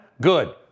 Good